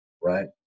right